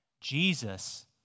Jesus